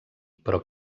però